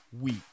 week